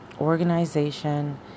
organization